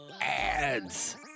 Ads